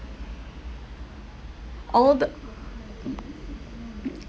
all the